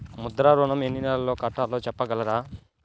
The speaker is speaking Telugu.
ముద్ర ఋణం ఎన్ని నెలల్లో కట్టలో చెప్పగలరా?